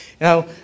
Now